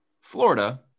Florida